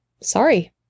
sorry